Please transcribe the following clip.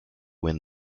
win